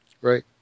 Right